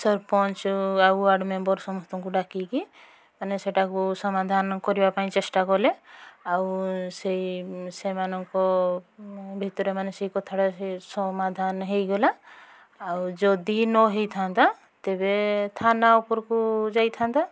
ସରପଞ୍ଚ ଆଉ ward member ସମସ୍ତଙ୍କୁ ଡାକିକି ମାନେ ସେଇଟାକୁ ସମାଧାନ କରିବା ପାଇଁ ଚେଷ୍ଟା କଲେ ଆଉ ସେଇ ସେମାନଙ୍କ ଭିତର ମାନେ ସେଇ କଥାଟା ସେ ସମାଧାନ ହୋଇଗଲା ଆଉ ଯଦି ନ ହୋଇଥାନ୍ତା ତେବେ ଥାନା ଉପରକୁ ଯାଇଥାନ୍ତା